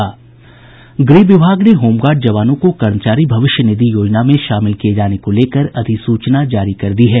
गृह विभाग ने होमगार्ड जवानों को कर्मचारी भविष्य निधि योजना में शामिल किये जाने को लेकर अधिसूचना जारी कर दी है